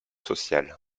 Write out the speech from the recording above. social